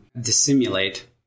dissimulate